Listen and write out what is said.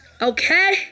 Okay